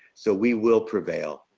so we will prevail.